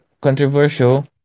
controversial